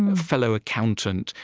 and fellow accountant,